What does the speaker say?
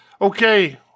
Okay